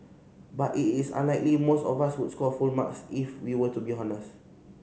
but it is unlikely most of us would score full marks if we were to be honest